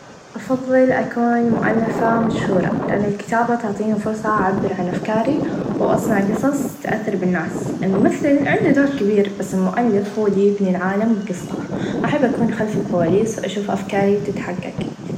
أفظل أكون مؤلفه مشهوره لإن الكتابه تعطيني فرصه أعبر عن أفكاري و أصنع قصص تأثر بالناس الممثل عنده دور كبير بس المؤلف هو بيبني العالم بقصه أحب أكون خلف الكواليس و أشوف أفكاري تتحقق.